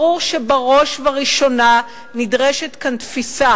ברור שבראש ובראשונה נדרשת כאן תפיסה